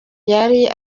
yari